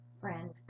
friend